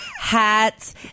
hats